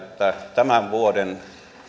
tämän vuoden